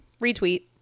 Retweet